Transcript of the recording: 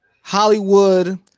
Hollywood